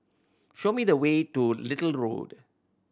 show me the way to Little Road